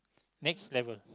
next level